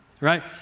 Right